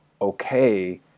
okay